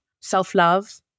self-love